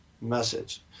message